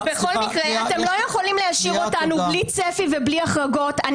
אתם לא יכולים להשאיר אותנו בלי צפי ובלי החרגות.